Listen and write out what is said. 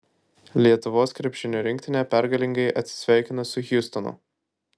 lietuvos krepšinio rinktinė pergalingai atsisveikino su hjustonu